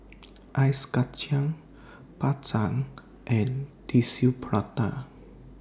Ice Kacang Bak Chang and Tissue Prata